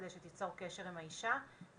על מנת שתיצור קשר עם אותה אישה ובהחלט